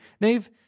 Nave